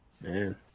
Man